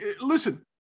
listen